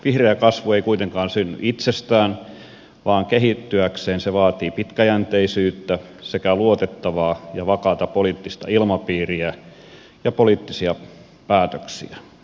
vihreä kasvu ei kuitenkaan synny itsestään vaan kehittyäkseen se vaatii pitkäjänteisyyttä sekä luotettavaa ja vakaata poliittista ilmapiiriä ja poliittisia päätöksiä